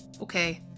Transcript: okay